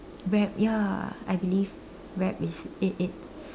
rap ya I believe rap is it it